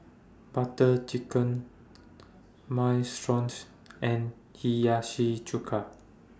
Butter Chicken Minestrones and Hiyashi Chuka